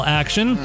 action